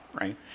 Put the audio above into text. right